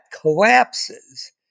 collapses